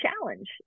challenge